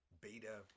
beta